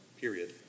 period